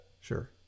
Sure